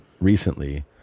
recently